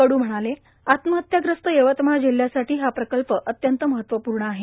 कडू म्हणाले आत्महत्याग्रस्त यवतमाळ जिल्ह्यासाठी हा प्रकल्प अत्यंत महत्वपूर्ण आहे